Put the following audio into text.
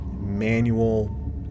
manual